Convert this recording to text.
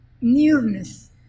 nearness